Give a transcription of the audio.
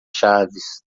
chaves